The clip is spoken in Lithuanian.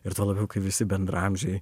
ir tuo labiau kai visi bendraamžiai